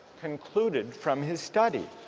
concluded from his study